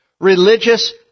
religious